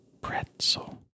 pretzel